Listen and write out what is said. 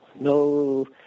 no